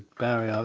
barry, ah